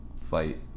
fight